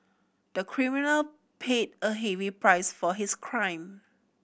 the criminal paid a heavy price for his crime